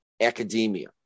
academia